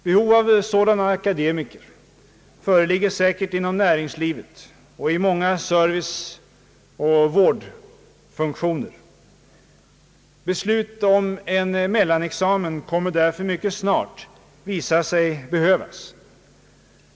Behov av sådana akademiker föreligger säkert inom näringslivet och för många serviceoch vårdfunktioner. Beslut om en mellanexamen kommer därför mycket snart att visa sig behövas.